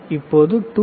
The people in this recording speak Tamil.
இப்போது 2